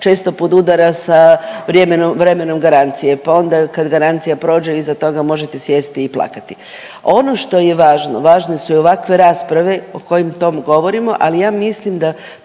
često podudara sa vremenom garancije. Pa onda kada garancija prođe iza toga možete sjesti i plakati. Ono što je važno, važne su i ovakve rasprave u kojima o tome govorimo. Ali ja mislim da